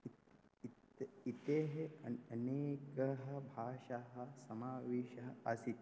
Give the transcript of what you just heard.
इत् इत्त् इत्तेः अन् अनेकाः भाषाः समावेशः आसीत्